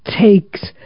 takes